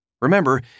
Remember